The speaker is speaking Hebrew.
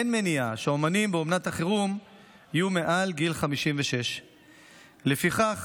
אין מניעה שהאומנים באומנת החירום יהיו מעל גיל 56. לפיכך